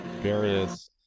various